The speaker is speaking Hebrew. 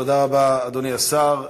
תודה רבה, אדוני השר.